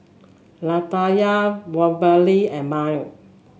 Latanya Waverly and Myer